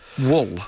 wool